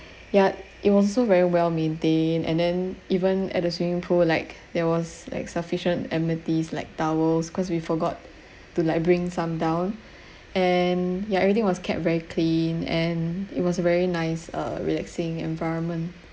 ya it was so very well maintained and the even at the swimming pool like there was like sufficient amenities like towels cause we forgot to like bring some down and ya everything was kept very clean and it was very nice uh relaxing environment